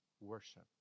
worship